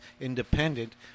independent